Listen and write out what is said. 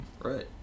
right